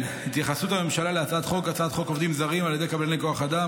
התייחסות הממשלה להצעת חוק העסקת עובדים זרים על ידי קבלני כוח אדם,